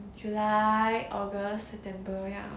july august september ya